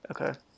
Okay